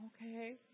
Okay